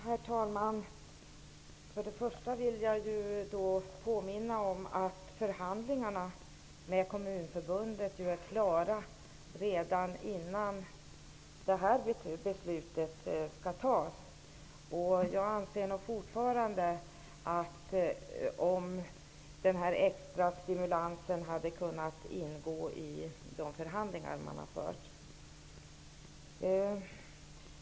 Herr talman! Först vill jag påminna om att förhandlingarna med Kommunförbundet är klara redan innan det här beslutet skall fattas. Jag anser nog fortfarande att den här extra stimulansen hade kunnat ingå i de förhandlingar man har fört.